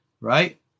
Right